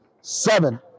seven